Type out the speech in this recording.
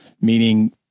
meaning